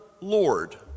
Lord